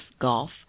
golf